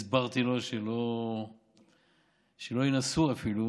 הסברתי לו שלא ינסו אפילו